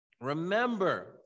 Remember